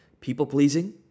People-pleasing